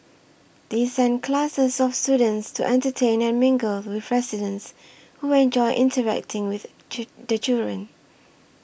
they send classes of students to entertain and mingle with residents who enjoy interacting with the children